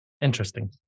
Interesting